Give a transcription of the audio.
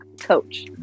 coach